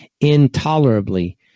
intolerably